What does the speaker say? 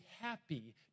happy